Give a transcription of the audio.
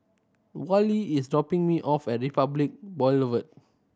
Wally is dropping me off at Republic Boulevard